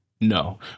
No